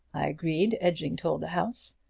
i agreed, edging toward the house.